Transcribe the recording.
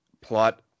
Plot